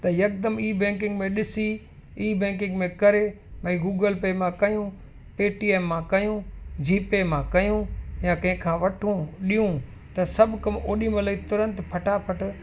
त यकदमि e banking में ॾिसी ई बैंकिंग में करे भई गूगल पे मां कयूं पेटीएम मां कयूं जीपे मां कयूं या कंहिं खां वठूं ॾियूं त सभु कम ओॾी महिल ई तुरंत फटाफटि